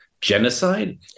genocide